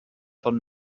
von